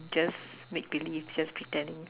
just make belief just pretending